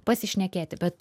pasišnekėti bet